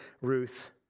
Ruth